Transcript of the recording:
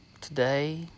today